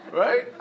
right